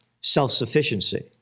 self-sufficiency